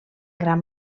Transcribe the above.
gran